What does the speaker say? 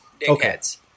dickheads